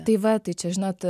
tai va tai čia žinot